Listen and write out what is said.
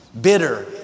Bitter